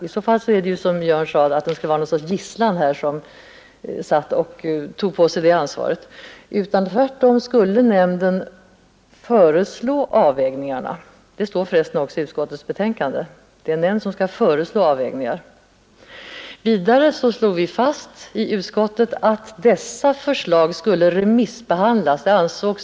I så fall skulle det, som Jörn Svensson sade, vara någon sorts gisslan som tog på sig det ansvaret. Tvärtom skulle nämnden föreslå avvägningarna — det står förresten också i utskottsbetänkandet. Vidare slog vi fast i utskottet att dessa förslag skulle remissbehandlas.